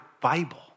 Bible